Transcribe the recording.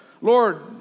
Lord